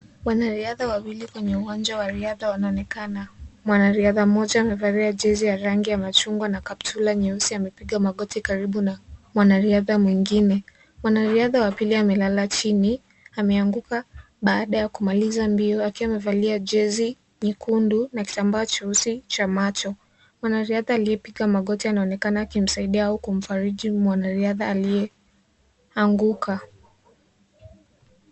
Wanariadha wawili kwenye uwanja wa riadha wanaonekana. Mwanariadha mmoja amevalia jezi ya rangi ya machungwa na kaptura nyeusi amepiga magoti karibu na mwanariadha mwingine. Mwanariadha wa pili amelala chini, ameanguka baada ya kumaliza mbio akiwa amevalia jezi nyekundu na kitambaa cheusi cha macho. Mwanariadha aliyepiga magoti anaonekana akimsaidia au kumfariji mwanariadha aliyeanguka.